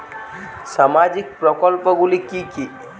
সামাজিক প্রকল্পগুলি কি কি?